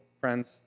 friends